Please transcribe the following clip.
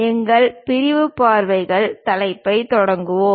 எங்கள் பிரிவு பார்வைகள் தலைப்பைத் தொடங்குவோம்